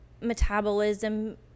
metabolism